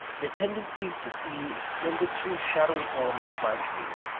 the tendency to see in the two shadowy forms of my dream,